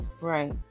right